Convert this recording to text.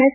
S